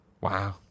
Wow